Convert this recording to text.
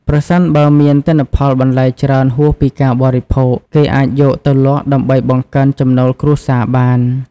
ប្រសិនបើមានទិន្នផលបន្លែច្រើនហួសពីការបរិភោគ គេអាចយកទៅលក់ដើម្បីបង្កើនចំណូលគ្រួសារបាន។